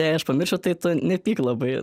jei aš pamiršiu tai tu nepyk labai